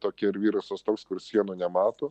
tokia ir virusas toks kur sienų nemato